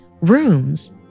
rooms